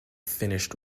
finished